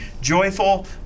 joyful